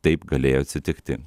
taip galėjo atsitikti